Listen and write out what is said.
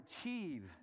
achieve